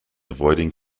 avoiding